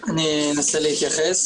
אני אנסה להתייחס